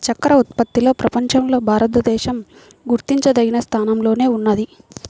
చక్కర ఉత్పత్తిలో ప్రపంచంలో భారతదేశం గుర్తించదగిన స్థానంలోనే ఉన్నది